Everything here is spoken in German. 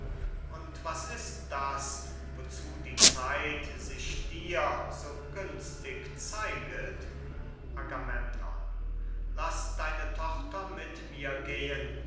und was ist das wozu die zeit sich dir so günstig zeiget agamemnon laß deine tochter mit mir gehen